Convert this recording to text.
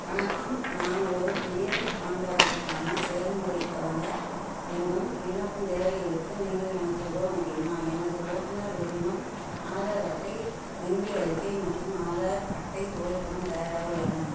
வணக்கம் நான் ஒரு புதிய பான் கார்டுக்கான செயல்முறைத் தொடங்க வேண்டும் விண்ணப்பந் தேவைகளுக்கு நீங்கள் எனக்கு உதவ முடியுமா எனது ஓட்டுநர் உரிமம் ஆதார் அட்டை வங்கி அறிக்கை மற்றும் ஆதார் அட்டை புகைப்படம் தயாராக உள்ளன